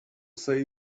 say